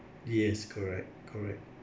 yes correct correct